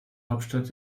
hauptstadt